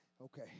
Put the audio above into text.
Okay